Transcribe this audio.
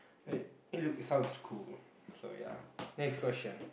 wait it looks sound cool so yeah next question